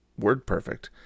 WordPerfect